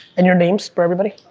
and, you names for everybody.